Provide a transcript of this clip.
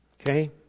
Okay